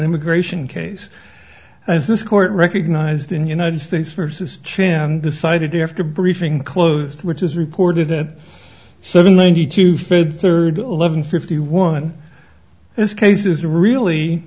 immigration case as this court recognized in united states versus chin and decided after briefing closed which is reported that suddenly ninety two fifth third eleven fifty one this case is really